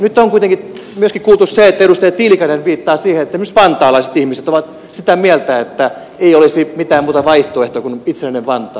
nyt on kuitenkin myöskin kuultu se että edustaja tiilikainen viittaa siihen että esimerkiksi vantaalaiset ihmiset ovat sitä mieltä että ei olisi mitään muuta vaihtoehtoa kuin itsenäinen vantaa